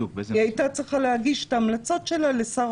היא הייתה צריכה להגיש את ההמלצות שלה לשר